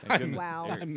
wow